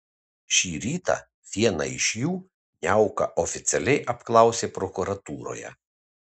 šį rytą vieną iš jų niauka oficialiai apklausė prokuratūroje